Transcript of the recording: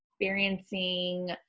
experiencing